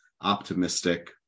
optimistic